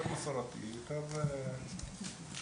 סתם מעניין אותי.